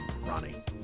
Ronnie